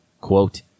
quote